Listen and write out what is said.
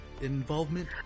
involvement